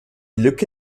lücke